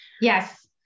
Yes